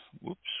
whoops